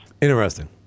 Interesting